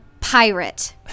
pirate